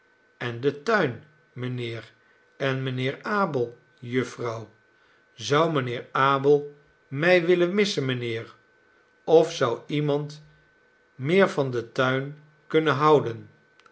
en de tuin mijnheer en mijnheer abel jufvrouw zou mijnheer abel mij willen missen mijnheer of zou iemand meer van den tuin kunnen houden